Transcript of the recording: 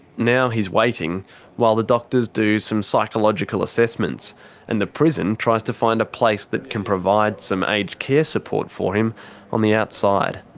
now he's waiting while the doctors do some psychological assessments and the prison tries to find a place that can provide some aged care support for him on the outside.